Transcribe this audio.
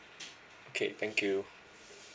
okay thank you